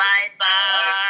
Bye-bye